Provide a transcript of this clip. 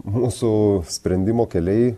mūsų sprendimo keliai